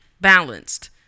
balanced